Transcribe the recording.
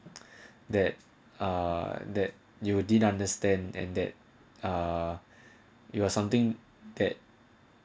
that uh that you didn't understand and that ah you was something that